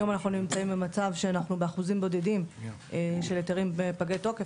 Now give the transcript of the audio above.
היום אנחנו נמצאים במצב שאנחנו באחוזים בודדים של היתרים פגי תוקף,